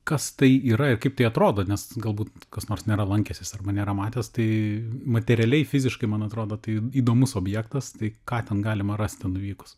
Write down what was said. kas tai yra ir kaip tai atrodo nes galbūt kas nors nėra lankęsis arba nėra matęs tai materialiai fiziškai man atrodo tai į įdomus objektas tai ką ten galima rasti nuvykus